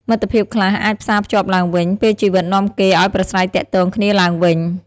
មិត្តភាពខ្លះអាចផ្សាភ្ជាប់ឡើងវិញ ពេលជីវិតនាំគេឱ្យប្រាស្រ័យទាក់ទងគ្នាឡើងវិញ។